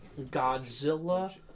Godzilla